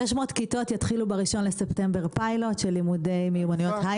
600 כיתות יתחילו ב-1 בספטמבר פיילוט של לימודי מיומנויות הייטק.